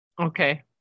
Okay